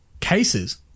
cases